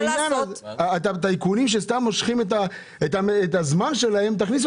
גם את הטייקונים שסתם מושכים את הזמן תכניסו